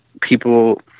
people